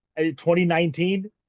2019